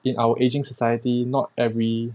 in our ageing society not every